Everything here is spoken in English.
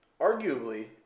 arguably